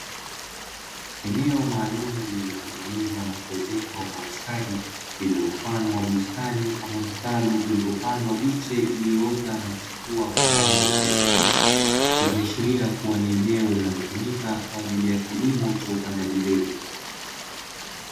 Eneo maalumu lililotengenezwa na kuezekwa kwa ustadi, lililo mfano wa bustani ama vitalu vilivopandwa miche iliyoota na kuchipua kwa rangi ya kijani kibichi. Ikiashiria kuwa ni eneo linalotumika kwa ajili ya kilimo cha upandaji mbegu.